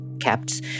kept